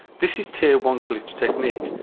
this is tier one glitch technique,